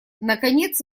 наконец